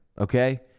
okay